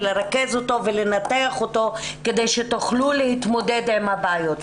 לרכז אותו ולנתח אותו כדי שתוכלו להתמודד עם הבעיות,